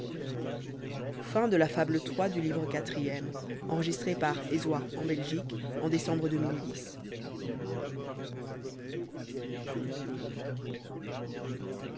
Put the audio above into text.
la fable de